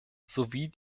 sowie